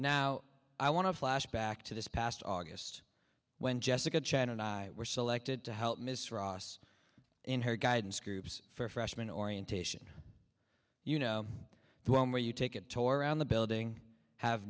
now i want to flash back to this past august when jessica chen and i were selected to help miss ross in her guidance groups for freshman orientation you know the one where you take a tour around the building have